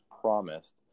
promised